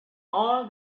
all